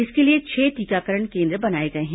इसके लिए छह टीकाकरण केन्द्र बनाए गए हैं